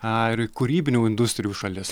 ar kūrybinių industrijų šalis